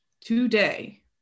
today